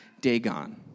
Dagon